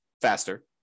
faster